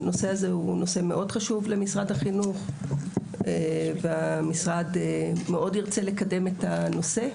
הנושא הז מאוד חשוב למשרד החינוך והמשרד מאוד ירצה לקדם את הנושא.